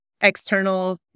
external